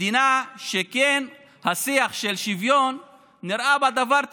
מדינה שהשיח של שוויון כן נראה בה דבר טריוויאלי,